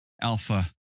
Alpha